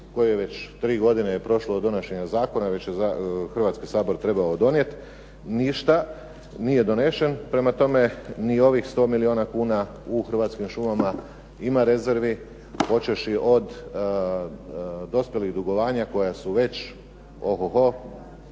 koje je već 3 godine je prošlo od donošenja zakona, već je Hrvatski sabor trebao donijeti, ništa nije donesen. Prema tome, ni ovih 100 milijuna kuna u Hrvatskim šumama ima rezervi počevši od dospjelih dugovanja koja su već o ho ho,